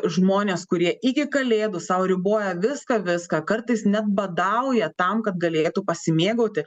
žmonės kurie iki kalėdų sau riboja viską viską kartais net badauja tam kad galėtų pasimėgauti